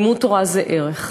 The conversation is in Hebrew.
לימוד תורה זה ערך,